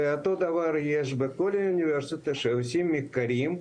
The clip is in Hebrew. ואותו דבר יש בכל אוניברסיטה שעושה מחקרים.